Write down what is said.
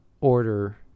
order